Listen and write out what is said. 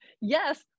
Yes